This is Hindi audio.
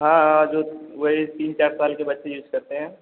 हाँ हाँ जो वही तीन चार साल के बच्चे यूज़ करते हैं